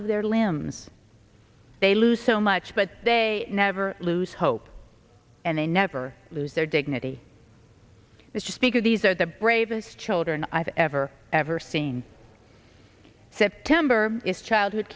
of their limbs they lose so much but they never lose hope and they never lose their dignity that just because these are the bravest children i've ever ever seen september is childhood